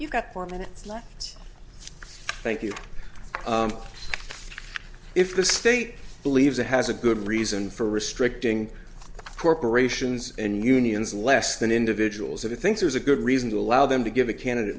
you've got four minutes left thank you if the state believes it has a good reason for restricting corporations and unions less than individuals i think there's a good reason to allow them to give a candidate